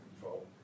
control